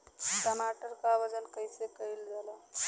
टमाटर क वजन कईसे कईल जाला?